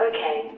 Okay